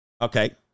Okay